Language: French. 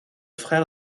frère